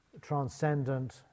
transcendent